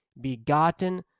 begotten